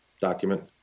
document